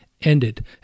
ended